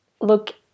look